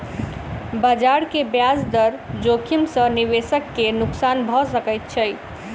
बजार के ब्याज दर जोखिम सॅ निवेशक के नुक्सान भ सकैत छै